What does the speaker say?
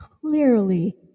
clearly